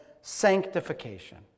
sanctification